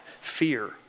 fear